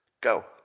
Go